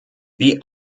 wie